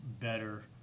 better